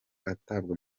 atabwa